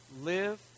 Live